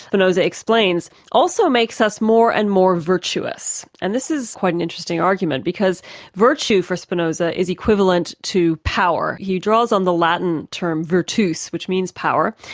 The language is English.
spinoza explains, also makes us more and more virtuous. and this is quite an interesting argument because virtue for spinoza is equivalent to power. he draws on the latin term virtus which means power,